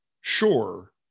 Sure